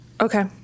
Okay